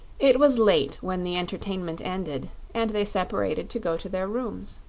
it was late when the entertainment ended, and they separated to go to their rooms.